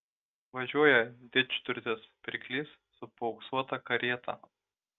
važiuoja didžturtis pirklys su paauksuota karieta